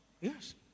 yes